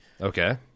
Okay